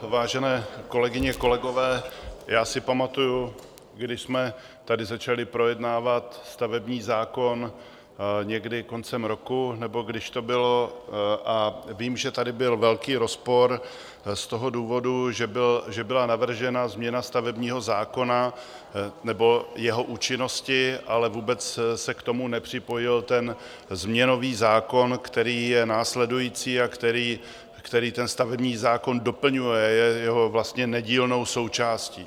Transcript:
Vážené kolegyně, kolegové, já si pamatuji, když jsme tady začali projednávat stavební zákon někdy koncem roku nebo kdy to bylo, a vím, že tady byl velký rozpor z toho důvodu, že byla navržena změna stavebního zákona nebo jeho účinnosti, ale vůbec se k tomu nepřipojil změnový zákon, který je následující a který stavební zákon doplňuje, je jeho nedílnou součástí.